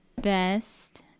best